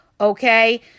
okay